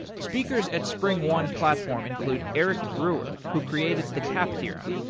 speakers at springone platform include eric brewer, who created the cap theorem,